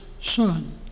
son